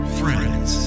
friends